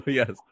yes